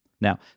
Now